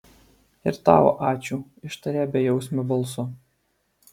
ir tau ačiū ištarė bejausmiu balsu